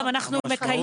אנחנו גם מקיימים,